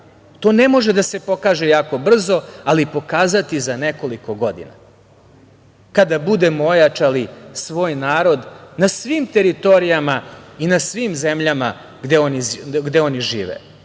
tu ne može da se pokaže jako brzo, ali pokazati za nekoliko godina kada budemo ojačali svoj narod na svim teritorijama i na svim zemljama gde oni žive. Neki